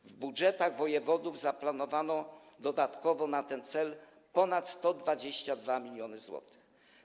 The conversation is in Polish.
W budżetach wojewodów zaplanowano dodatkowo na ten cel ponad 122 mln zł.